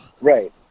right